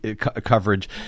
coverage